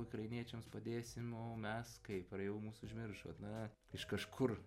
ukrainiečiams padėsim o mes kaip ar jau mus užmiršot na iš kažkur